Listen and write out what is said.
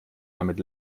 damit